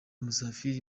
musafiri